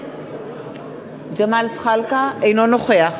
אינו נוכח